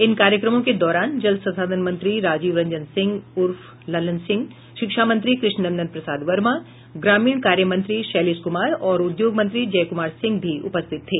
इन कार्यक्रमों के दौरान जल संसाधन मंत्री राजीव रंजन सिंह उर्फ ललन सिंह शिक्षा मंत्री कृष्णनन्दन प्रसाद वर्मा ग्रामीण कार्य मंत्री शैलेश कुमार और उद्योग मंत्री जयकुमार सिंह भी उपस्थित थे